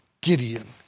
Gideon